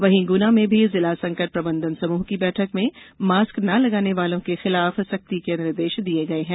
वहीं गुना में भी जिला संकट प्रबंधन समूह की बैठक में मास्क न पहनने वालों के खिलाफ सख्ती के निर्देश दिये गये हैं